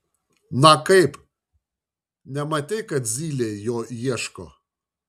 na kaip nematei kad zylė jo ieško